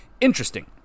interesting